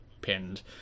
pinned